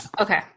Okay